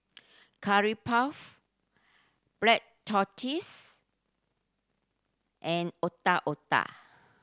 Curry Puff black tortoise and Otak Otak